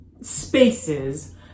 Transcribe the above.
spaces